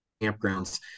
campgrounds